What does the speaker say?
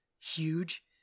huge